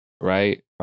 right